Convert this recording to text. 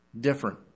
different